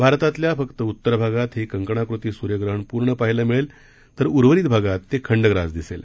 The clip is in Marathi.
भारतातल्या फक्त उतर भागात हे कंकणाकृती सूर्यग्रहण पूर्ण पहायला मिळेल तर उर्वरित भागात ते खंडग्रास दिसेल